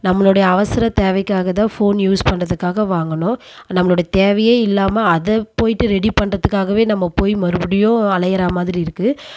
நம்மளுடைய அவசர தேவைக்காக தான் ஃபோன் யூஸ் பண்ணுறதுக்காக வாங்கினோம் நம்மளுடைய தேவையே இல்லாமல் அதை போய்ட்டு ரெடி பண்றதுக்காகவே நம்ம போய் மறுபடியும் அலைகிற மாதிரி இருக்குது